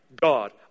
God